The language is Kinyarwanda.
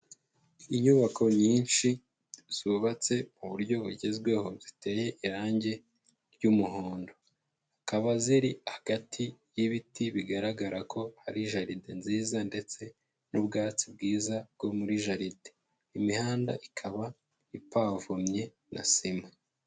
Inyubako nyinshi zubatse mu buryo bugezweho ziteye irangi ry'umuhondo, zikaba ziri hagati y'ibiti bigaragara ko hari jaride nziza ndetse n'ubwatsi bwiza bwo muri jaride, imihanda ikaba ipavomye na sima.